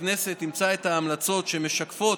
הכנסת אימצה את ההמלצות, המשקפות,